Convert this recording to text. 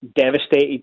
devastated